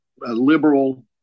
liberal